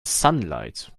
sunlight